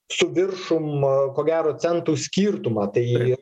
su viršum ko gero centų skirtumą tai